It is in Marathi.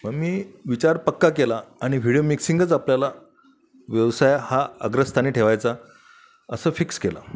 म्हणून मी विचार पक्का केला आणि व्हिडीओ मिक्सिंगच आपल्याला व्यवसाय हा अग्रस्थानी ठेवायचा असं फिक्स केलं